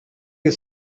you